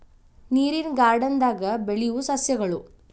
ನೇರಿನ ಗಾರ್ಡನ್ ದಾಗ ಬೆಳಿಯು ಸಸ್ಯಗಳು